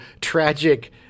tragic